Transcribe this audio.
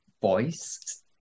voice